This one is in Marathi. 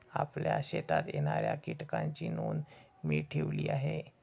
आपल्या शेतात येणाऱ्या कीटकांची नोंद मी ठेवली आहे